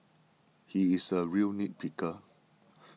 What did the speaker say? he is a real nit picker